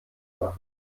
machen